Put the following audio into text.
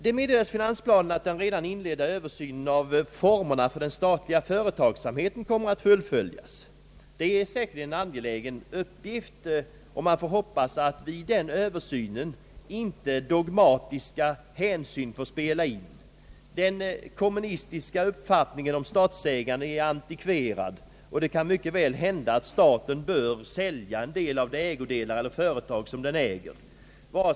Det meddelas i finansplanen att den redan inledda översynen av formerna för den statliga företagsamheten kommer att fullföljas. Det är säkerligen en angelägen uppgift, och man får bara hoppas att vid den översynen dogmatiska hänsyn inte får spela in. Den kommunistiska uppfattningen om statsägandet är antikverad, och det kan mycket väl hända att staten bör sälja en del av de ägodelar eller företag, som den disponerar över.